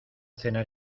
cenar